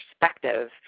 perspective